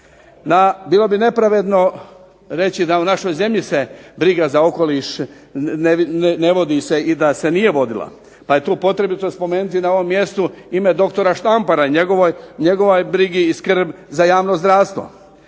Bilo bi nepravedno reći da u našoj zemlji se briga za okoliš ne vodi se i da se nije vodila, pa je tu potrebito spomenuti na ovom mjestu ime doktora Štampara i njegovoj brigi i skrb za javno zdravstvo.